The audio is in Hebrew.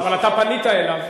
אבל אתה פנית אליו.